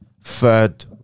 third